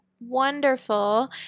wonderful